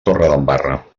torredembarra